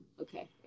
Okay